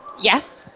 Yes